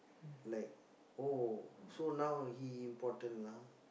like oh so now he important lah